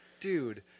Dude